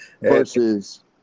Versus